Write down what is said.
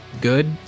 good